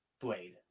Blade